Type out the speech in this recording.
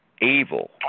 evil